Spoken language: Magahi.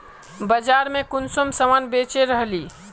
बाजार में कुंसम सामान बेच रहली?